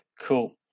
Cool